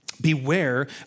Beware